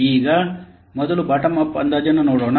ಈಗ ಮೊದಲ bottom up ಅಂದಾಜನ್ನು ನೋಡೋಣ